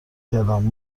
کردم